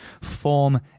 form